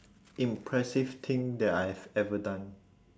impressive thing that I have ever done